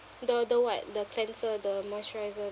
the the what the cleanser the moisturiser